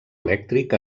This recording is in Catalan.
elèctric